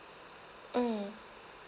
mm